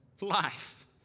life